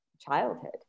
childhood